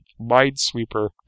Minesweeper